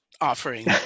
Offering